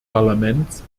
parlaments